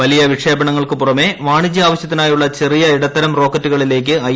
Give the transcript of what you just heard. വലിയ വിക്ഷേപണങ്ങൾക്കു പുറമെ വാണിജ്യാവശ്യത്തിനായുള്ള ചെറിയ ഇടത്തര റോക്കറ്റുകളിലേക്ക് ഐ